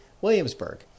Williamsburg